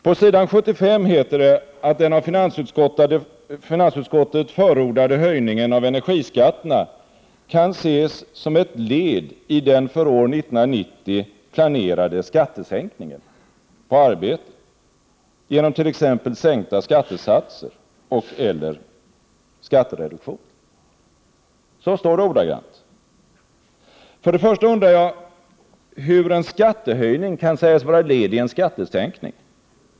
På s. 75 heter det att den av finansutskottet förordade höjningen av energiskatterna kan ses som ett led i den för år 1990 planerade skattesänkningen på arbete — genom t.ex. sänkta skattesatser och/eller skattereduktion. För det första undrar jag hur en skattehöjning kan sägas vara ett led i en skattesänkning.